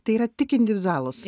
tai yra tik individualūs